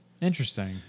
Interesting